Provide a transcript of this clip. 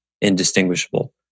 indistinguishable